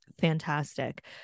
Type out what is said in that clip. fantastic